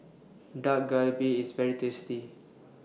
Dak Galbi IS very tasty